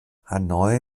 hanoi